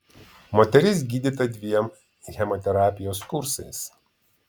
moteris gydyta dviem chemoterapijos kursais